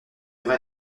vrai